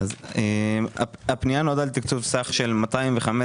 פנייה לוועדה מס' 273. הפנייה נועדה לתקצוב סך של 215,000